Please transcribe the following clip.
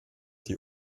die